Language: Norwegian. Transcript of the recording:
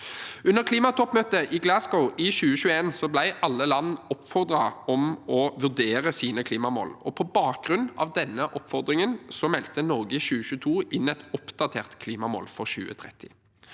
Under klimatoppmøtet i Glasgow i 2021 ble alle land oppfordret til å vurdere sine klimamål, og på bakgrunn av denne oppfordringen meldte Norge i 2022 inn et oppdatert klimamål for 2030.